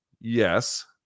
Yes